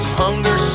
hunger